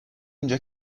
اینجا